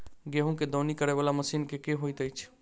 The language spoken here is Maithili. गेंहूँ केँ दौनी करै वला मशीन केँ होइत अछि?